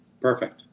Perfect